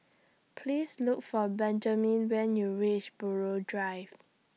Please Look For Benjamin when YOU REACH Buroh Drive